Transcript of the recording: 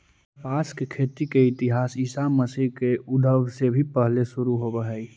कपास के खेती के इतिहास ईसा मसीह के उद्भव से भी पहिले शुरू होवऽ हई